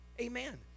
Amen